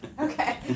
Okay